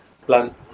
plan